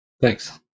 Thanks